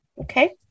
Okay